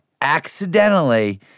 accidentally